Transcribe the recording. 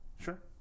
Sure